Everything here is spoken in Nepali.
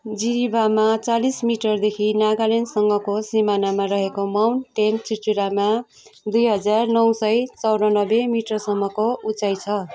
जिरिबाममा चालिस मिटरदेखि नागाल्यान्डसँगको सिमानामा रहेको माउन्टेन चुचुरामा दुई हजार नौ सौ चौरान्नब्बे मिटरसम्मको उचाइ छ